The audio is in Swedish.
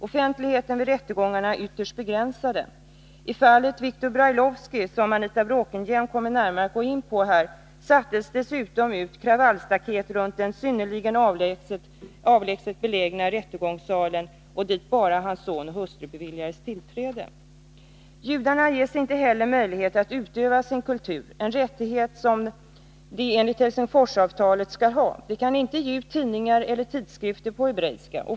Offentligheten vid rättegångarna är 20 april 1982 ytterst begränsad. I fallet Viktor Brailovskij, som Anita Bråkenhielm kommer att gå närmare in på, sattes dessutom ut kravallstaket runt den synnerligen avlägset belägna rättegångssalen, dit bara Brailovskijs son och hustru beviljades tillträde. Judarna ges inte heller möjlighet att utöva sin kultur — en rättighet som de enligt Helsingforsavtalet skall ha. De kan inte ge ut tidningar eller tidskrifter på hebreiska.